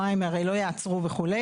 המים הרי לא יעצרו וכו'.